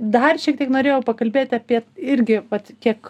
dar šiek tiek norėjau pakalbėt apie irgi vat kiek